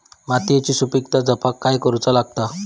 मातीयेची सुपीकता जपाक काय करूचा लागता?